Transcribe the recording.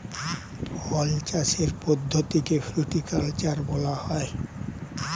ফল চাষের পদ্ধতিকে ফ্রুটিকালচার বলা হয়